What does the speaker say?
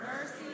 mercy